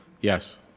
Yes